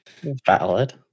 valid